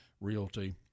Realty